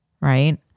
right